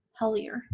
Hellier